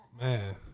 Man